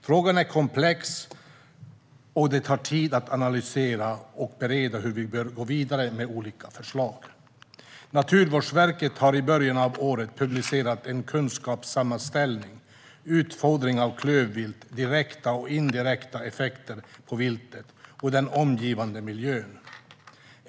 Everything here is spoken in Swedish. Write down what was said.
Frågan är komplex, och det tar tid att analysera och bereda hur vi bör gå vidare med olika förslag. Naturvårdsverket publicerade i början av året en kunskapssammanställning, Utfodring av klövvilt - direkta och indirekta effekter på viltet och den omgivande miljön .